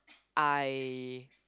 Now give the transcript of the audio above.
I